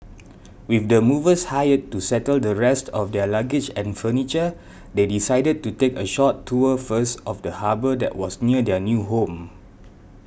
with the movers hired to settle the rest of their luggage and furniture they decided to take a short tour first of the harbour that was near their new home